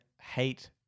hate